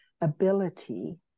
ability